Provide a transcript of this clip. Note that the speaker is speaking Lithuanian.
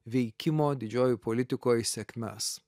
veikimo didžiojoj politikoj sėkmes